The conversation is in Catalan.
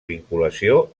vinculació